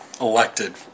elected